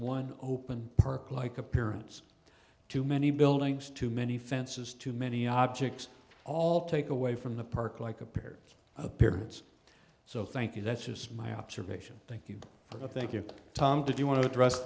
one open park like appearance to many buildings too many fences too many objects all take away from the park like appears appearance so thank you that's just my observation thank you for the thank you tom did you want to address